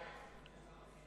סעיף